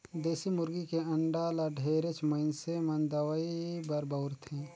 देसी मुरगी के अंडा ल ढेरेच मइनसे मन दवई बर बउरथे